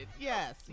Yes